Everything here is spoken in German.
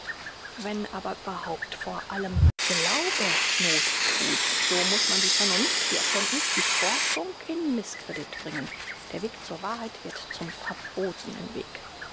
wenn aber überhaupt vor allem glaube noth thut so muß man die vernunft die erkenntniß die forschung in mißcredit bringen der weg zur wahrheit wird zum verbotnen weg